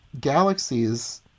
galaxies